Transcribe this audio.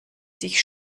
sich